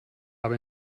habe